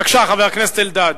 בבקשה, חבר הכנסת אלדד.